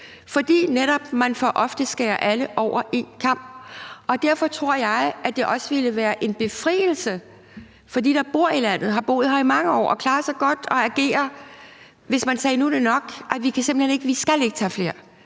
fordi man netop for ofte skærer alle over én kam. Derfor tror jeg, at det også ville være en befrielse for dem, der bor i landet, har boet her i mange år og klarer sig godt, hvis man sagde: Nu er det nok. Vi skal ikke tage flere.